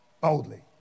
boldly